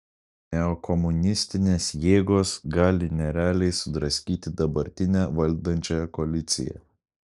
neokomunistinės jėgos gali nerealiai sudraskyti dabartinę valdančiąją koaliciją